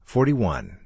Forty-one